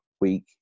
week